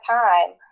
time